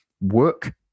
work